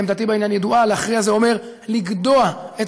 עמדתי בעניין ידועה: להכריע זה אומר לגדוע את